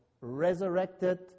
resurrected